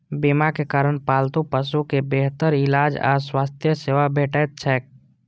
बीमाक कारण पालतू पशु कें बेहतर इलाज आ स्वास्थ्य सेवा भेटैत छैक